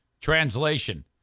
translation